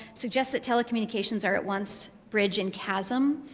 suggests that telecommunications are at once bridge and chasm,